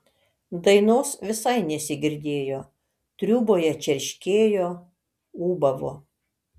dainos visai nesigirdėjo triūboje čerškėjo ūbavo